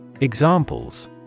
Examples